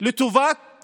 לטובת